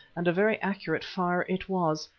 and a very accurate fire it was,